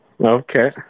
Okay